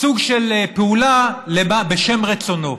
סוג של פעולה בשם רצונו,